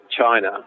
China